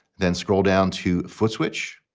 then scroll down to footswitch.